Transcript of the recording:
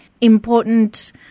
important